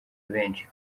benshi